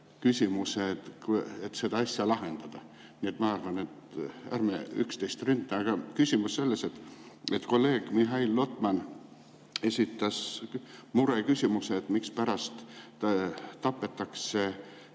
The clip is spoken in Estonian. küsimused, et seda asja lahendada. Nii et ma arvan, et ärme üksteist ründame. Aga küsimus on selles, et kolleeg Mihhail Lotman esitas mureküsimuse, mispärast tapetakse